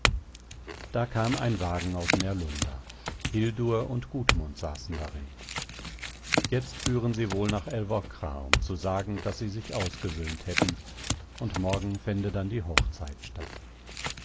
da kam ein wagen aus närlunda hildur und gudmund saßen darin jetzt führen sie wohl nach älvkra um zu sagen daß sie sich ausgesöhnt hätten und morgen fände dann die